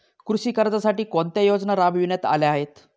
कृषी कर्जासाठी कोणत्या योजना राबविण्यात आल्या आहेत?